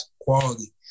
quality